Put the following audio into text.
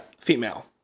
female